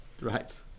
Right